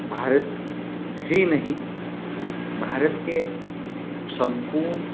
भारत ही नहीं भारत के सम्पूर्ण